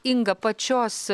inga pačios